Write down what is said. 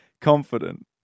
confident